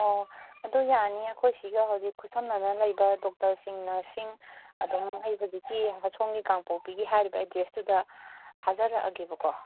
ꯑꯣ ꯑꯗꯨ ꯌꯥꯅꯤ ꯑꯩꯈꯣꯏ ꯁꯤꯒ ꯍꯧꯖꯤꯛ ꯈꯨꯠꯁꯝꯅꯅ ꯂꯩꯕ ꯗꯣꯛꯇꯔꯁꯤꯡ ꯅꯔꯁꯁꯤꯡ ꯑꯗꯨꯝ ꯑꯩ ꯍꯧꯖꯤꯛꯀꯤ ꯁꯣꯝꯒꯤ ꯀꯥꯡꯄꯣꯛꯄꯤꯒꯤ ꯍꯥꯏꯔꯤꯕ ꯑꯦꯗ꯭ꯔꯦꯁꯇꯨꯗ ꯊꯥꯖꯔꯛꯂꯒꯦꯕꯀꯣ